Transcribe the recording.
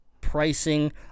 pricing